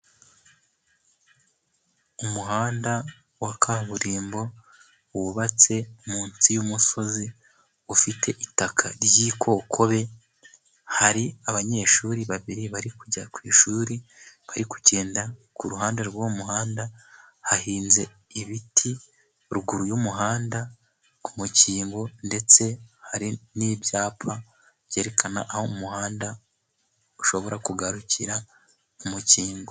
Umuhanda wa kaburimbo wubatse munsi y'umusozi ufite itaka ry'ikokobe. Hari abanyeshuri babiri bari kujya ku ishuri bari kugenda ku ruhande rw'umuhanda hahinze ibiti, ruguru y'umuhanda ku mukingo. Ndetse hari n'ibyapa byerekana aho umuhanda ushobora kugarukira mu mukingo.